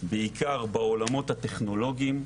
בעיקר בעולמות הטכנולוגיים,